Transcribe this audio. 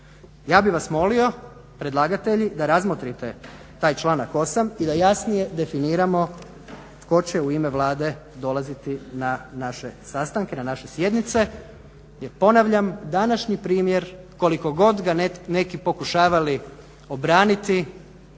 Ja bih vas molio, predlagatelji da razmotrite taj članak 8. i da jasnije definiramo tko će u ime Vlade dolaziti na naše sastanke, na naše sjednice. Jer ponavljam današnji primjer koliko god ga neki pokušavali obraniti,